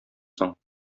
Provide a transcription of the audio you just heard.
соң